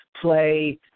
play